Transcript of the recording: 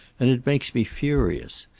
and it makes me furious.